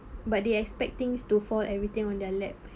but they expect things to fall everything on their lap